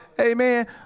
Amen